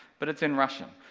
but it's in russian,